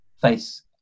face